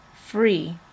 free